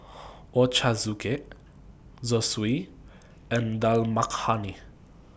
Ochazuke Zosui and Dal Makhani